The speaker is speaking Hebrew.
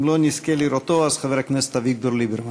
אם לא נזכה לראותו, אז חבר הכנסת אביגדור ליברמן.